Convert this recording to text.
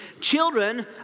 Children